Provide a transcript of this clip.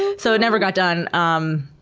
and so it never got done. um